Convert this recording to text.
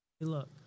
Look